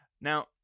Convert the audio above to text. Now